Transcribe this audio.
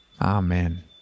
Amen